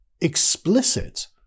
explicit